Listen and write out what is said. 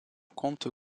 comte